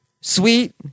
sweet